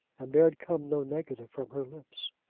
and there had come no negative from her lips.